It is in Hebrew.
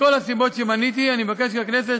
מכל הסיבות שמניתי, אני מבקש כי הכנסת